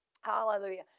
Hallelujah